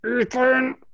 Ethan